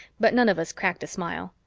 but none of us cracked a smile.